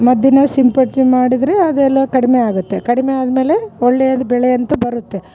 ಮದ್ದಿನ ಸಿಂಪಡ್ನೆ ಮಾಡಿದರೆ ಅದೆಲ್ಲ ಕಡಿಮೆ ಆಗುತ್ತೆ ಕಡಿಮೆ ಆದಮೇಲೆ ಒಳ್ಳೆಯದು ಬೆಳೆ ಅಂತು ಬರುತ್ತೆ